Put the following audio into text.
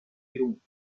irún